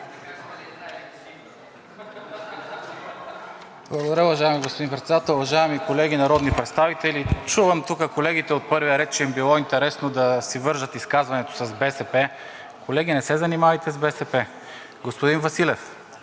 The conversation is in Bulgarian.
Благодаря. Уважаеми господин Председател, уважаеми колеги народни представители! Чувам тук колегите от първия ред, че им било интересно да си вържат изказването с БСП. Колеги, не се занимавайте с БСП! Господин Василев,